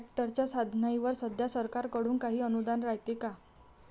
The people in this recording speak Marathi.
ट्रॅक्टरच्या साधनाईवर सध्या सरकार कडून काही अनुदान रायते का?